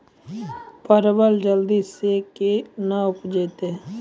परवल जल्दी से के ना उपजाते?